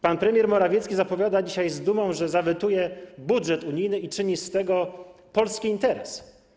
Pan premier Morawiecki zapowiada dzisiaj z dumą, że zawetuje budżet unijny, i czyni z tego polski interes.